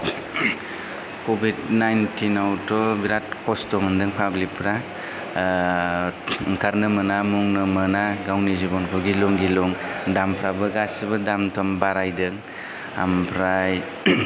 Covid nineteen आवथ' बिराद खस्थ' मोनदों पाब्लिक फ्रा ओ ओंखारनो मोना मुंनो मोना गावनि जिबनखौ गिलुं गिलुं दामफ्राबो गासिबो दाम दुम बारायदों आमफ्राय